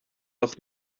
ucht